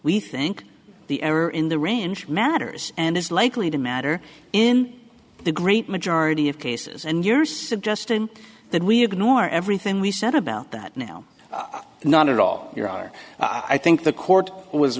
we think the error in the range matters and is likely to matter in the great majority of cases and you're suggesting that we ignore everything we said about that now not at all there are i think the court was